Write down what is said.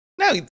no